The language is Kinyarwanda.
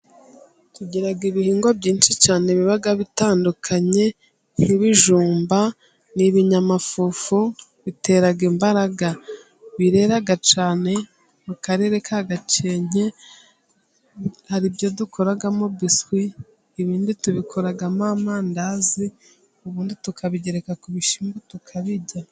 Tugira ibihingwa byinshi cyane biba bitandukanye, nk'ibijumba ni ibinyamafufu bitera imbaraga, birera cyane mu karere ka Gakenke, hari ibyo dukoramo biswi, ibindi tubikoramo amandazi, ubundi tukabigereka ku bishyimbo tukabirya.